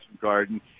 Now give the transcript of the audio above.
Garden